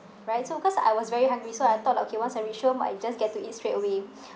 right so cause I was very hungry so I thought okay once I reach home I just get to eat straight away